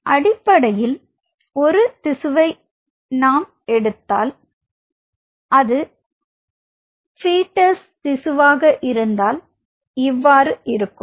அடிப்படையில் ஒருத்திசுவை நாம் எடுத்தால் அது பீட்டஸ் இருந்தால் இவ்வாறு இருக்கும்